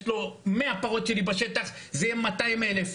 יש לו מאה פרות שלי בשטח - זה יהיה 200 אלף.